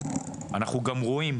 אנחנו גם רואים,